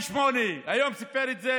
ב-2008, היום סיפר את זה